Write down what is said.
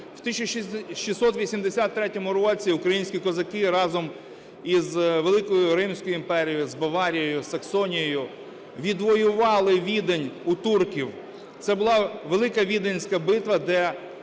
В 1683 році українські козаки разом із великою Римською імперією, з Баварією, Саксонією відвоювали Відень у турків. Це була велика Віденська битва, де